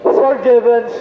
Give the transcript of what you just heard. forgiven